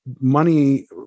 money